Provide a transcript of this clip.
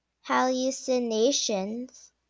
hallucinations